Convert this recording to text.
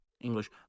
English